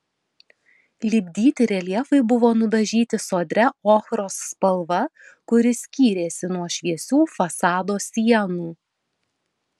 lipdyti reljefai buvo nudažyti sodria ochros spalva kuri skyrėsi nuo šviesių fasado sienų